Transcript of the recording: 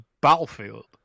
battlefield